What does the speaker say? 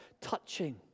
touching